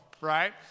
right